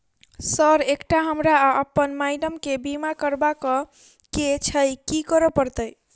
Sir एकटा हमरा आ अप्पन माइडम केँ बीमा करबाक केँ छैय की करऽ परतै?